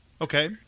Okay